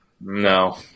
No